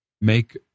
make